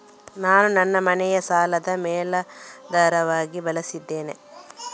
ನಾನು ನನ್ನ ಮನೆಯನ್ನು ಸಾಲದ ಮೇಲಾಧಾರವಾಗಿ ಬಳಸಿದ್ದೇನೆ